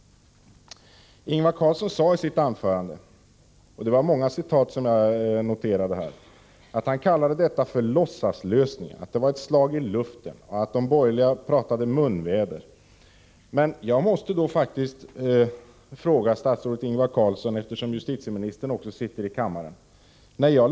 Ingvar Carlsson kallar i sitt anförande — jag noterade många citat — detta för låtsaslösning, han sade att det var ett slag i luften och att de borgerliga pratade munväder. Men jag måste faktiskt ställa en fråga till statsrådet Carlsson, eftersom justitieministern också sitter i kammaren.